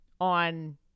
on